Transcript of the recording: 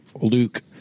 Luke